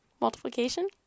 Multiplication